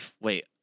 Wait